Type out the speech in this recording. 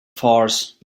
farce